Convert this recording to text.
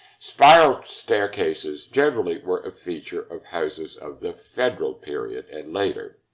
spiral staircases generally were a feature of houses of the federal period and later.